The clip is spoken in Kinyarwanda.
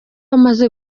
amaze